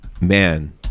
man